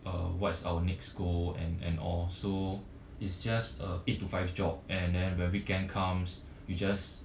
uh what's our next goal and and all so it's just a eight to five job and then when weekend comes you just